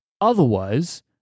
Otherwise